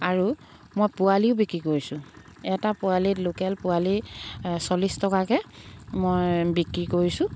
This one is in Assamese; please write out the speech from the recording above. আৰু মই পোৱালিও বিক্ৰী কৰিছোঁ এটা পোৱালিৰ লোকেল পোৱালি চল্লিছ টকাকৈ মই বিক্ৰী কৰিছোঁ